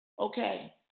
Okay